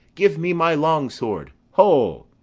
give me my long sword, ho!